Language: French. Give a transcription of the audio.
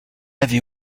avait